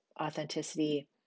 authenticity